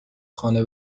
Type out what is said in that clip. خانه